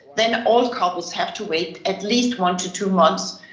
then all couples have to wait at least one to two months